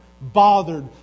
bothered